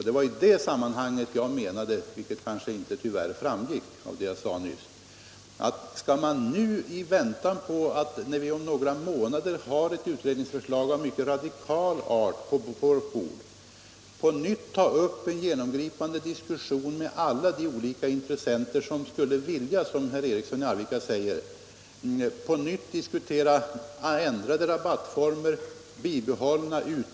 Det var mot den bakgrunden — det framgick kanske inte riktigt av teknik bntrer vad jag nyss sade — som jag ifrågasatte att man, när vi om några månader — Om prissättningen får ett mycket radikalt utredningsförslag på vårt bord, på nytt skall ta — på godstrafiken upp en genomgripande diskussion med alla de olika intressenter som = mellan Gotland och vill diskutera ändrade rabattformer.